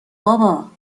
بابا